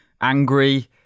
angry